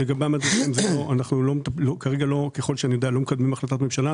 לגבי המדריכים ככל שאני יודע כרגע אנחנו לא מקדמים החלטת ממשלה.